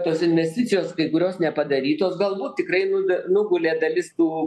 tos investicijos kai kurios nepadarytos galbūt tikrai nubė nugulė dalis tų